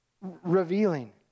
revealing